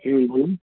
हुँ हुँ